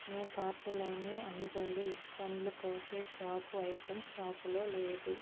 మీ కార్టులోని అంజలి పండ్లు కోసే చాకు ఐటెం స్టాకులో లేదు